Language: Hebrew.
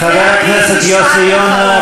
חבר הכנסת יוסי יונה,